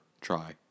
try